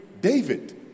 David